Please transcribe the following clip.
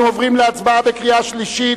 אנחנו עוברים להצבעה בקריאה שלישית.